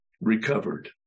Recovered